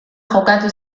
jokatu